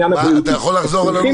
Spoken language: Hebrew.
אתה יכול לחזור על הנוסח?